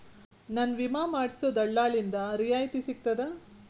ನನ್ನ ವಿಮಾ ಮಾಡಿಸೊ ದಲ್ಲಾಳಿಂದ ರಿಯಾಯಿತಿ ಸಿಗ್ತದಾ?